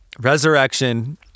Resurrection